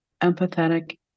empathetic